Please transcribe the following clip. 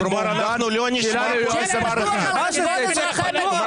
כלומר אנחנו לא נשמע פה --- השאלה ליועצת המשפטית,